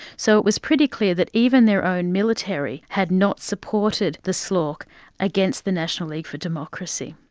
so it was pretty clear that even their own military had not supported the slorc against the national league for democracy.